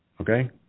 Okay